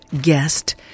guest